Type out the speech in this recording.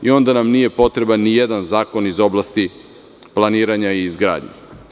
Onda nam nije potreban ni jedan zakon iz oblasti planiranja i izgradnje.